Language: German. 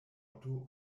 otto